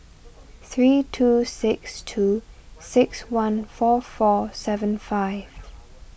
three two six two six one four four seven five